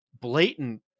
blatant